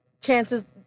Chances